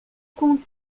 compte